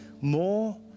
more